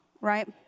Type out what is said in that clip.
right